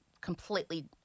completely